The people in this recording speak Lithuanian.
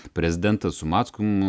prezidentas su mackum